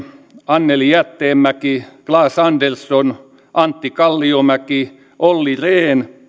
anneli jäätteenmäki claes andersson antti kalliomäki olli rehn